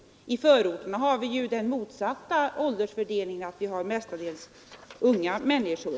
I förorterna har vi ju den motsatta åldersfördelningen. Där bor mest unga människor.